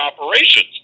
operations